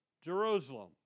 Jerusalem